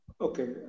Okay